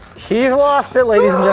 he's lost it ladies